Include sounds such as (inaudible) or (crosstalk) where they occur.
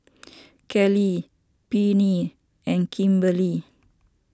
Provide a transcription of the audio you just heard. (noise) Kelli Pernell and Kimberlie